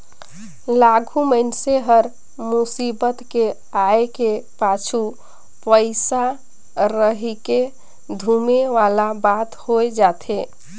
आघु मइनसे हर मुसीबत के आय के पाछू पइसा रहिके धुमे वाला बात होए जाथे